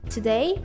Today